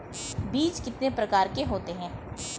बीज कितने प्रकार के होते हैं?